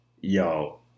yo